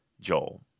Joel